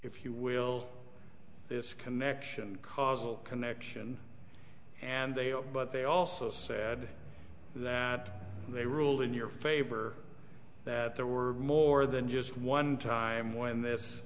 if you will this connection causal connection and they are but they also said that they ruled in your favor that there were more than just one time when th